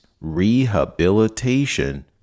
rehabilitation